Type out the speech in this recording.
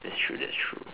that's true that's true